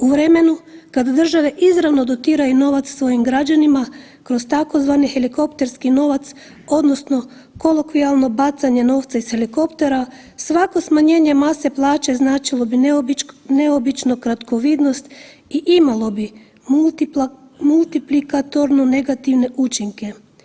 U vremenu kad države izravno dotiraju novac svojim građanima kroz tzv. Helikopterski novac, odnosno kolokvijalno, bacanje novca iz helikoptera, svako smanjenje mase plaće značilo bi neobično kratkovidnost i imalo bi multiplikatorno negativne učinke.